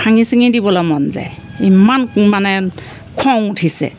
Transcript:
ভাঙি চিঙি দিবলৈ মন যায় ইমান মানে খং উঠিছে